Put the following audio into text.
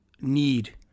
need